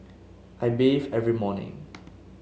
I bathe every morning